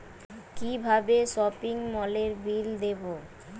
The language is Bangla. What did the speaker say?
কিভাবে সপিং মলের বিল দেবো?